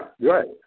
right